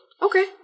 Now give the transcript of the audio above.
Okay